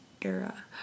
era